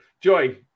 Joy